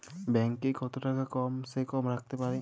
Bank এ কত টাকা কম সে কম রাখতে পারি?